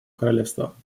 королевства